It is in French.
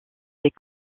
des